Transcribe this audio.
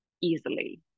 easily